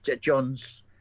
john's